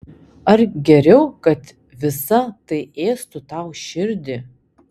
ar geriau kad visa tai ėstų tau širdį